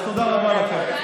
אז תודה רבה לכם.